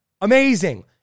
amazing